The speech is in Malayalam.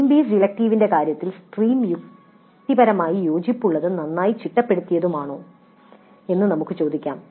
സ്ട്രീം ബേസ് ഇലക്ടീവ്സിന്റെ കാര്യത്തിൽ സ്ട്രീം യുക്തിപരമായി യോജിപ്പുള്ളതും നന്നായി ചിട്ടപ്പെടുത്തിയതുമാണോ എന്ന് നമുക്ക് ചോദിക്കാം